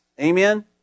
Amen